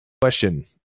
Question